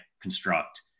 construct